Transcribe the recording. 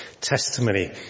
testimony